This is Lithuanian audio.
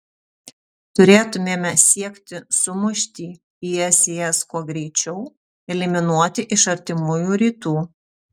turėtumėme siekti sumušti isis kuo greičiau eliminuoti iš artimųjų rytų